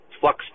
flux